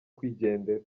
kwigendera